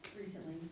recently